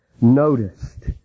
noticed